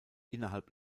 innerhalb